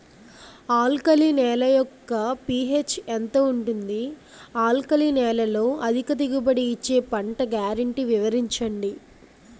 Alkali నేల యెక్క pH ఎంత ఉంటుంది? ఆల్కలి నేలలో అధిక దిగుబడి ఇచ్చే పంట గ్యారంటీ వివరించండి?